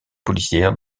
policière